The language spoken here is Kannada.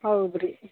ಹೌದು ರೀ